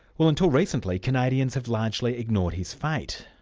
well until recently, canadians have largely ignored his fate.